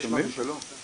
יש משהו שלא?